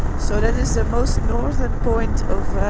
so that is the most northern point of